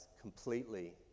completely